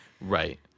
Right